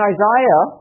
Isaiah